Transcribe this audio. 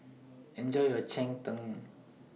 Enjoy your Cheng Tng